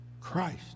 Christ